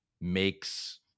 makes